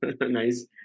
Nice